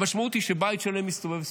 המשמעות היא שבית שלם מסתובב סביבו.